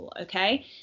okay